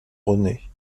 rené